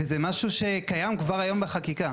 וזה משהו שקיים כבר היום בחקיקה.